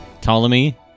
Ptolemy